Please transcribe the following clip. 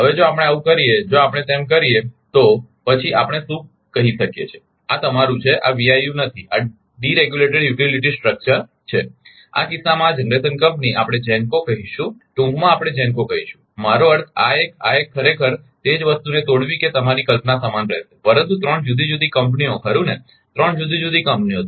હવે જો આપણે આવું કરીએ જો આપણે તેમ કરીએ તો પછી આપણે આ શું કહી શકીએ કે આ તમારું છે આ VIU નથી આ ડીરેગ્યુલેટેડ યુટિલિટી સ્ટ્રક્ચર છે આ કિસ્સામાં આ જનરેશન કંપની આપણે જેન્કો કહીશું ટૂંકમાં આપણે GENCO કહીશું મારો અર્થ આ એક આ એક ખરેખર તે જ વસ્તુને તોડવી કે તમારી કલ્પના સમાન રહેશે પરંતુ 3 જુદી જુદી કંપનીઓ ખરુ ને 3 જુદી જુદી કંપનીઓ